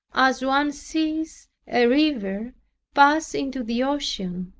as one sees a river pass into the ocean,